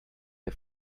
der